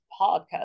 podcast